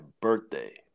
birthday